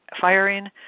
firing